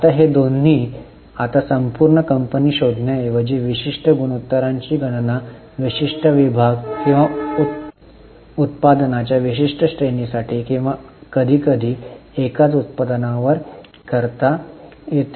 आता हे दोन्ही आता संपूर्ण कंपनी शोधण्याऐवजी विशिष्ट गुणोत्तरांची गणना विशिष्ट विभाग किंवा उत्पादनांच्या विशिष्ट श्रेणीसाठी किंवा कधीकधी एकाच उत्पादनांवर करता येते